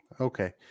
Okay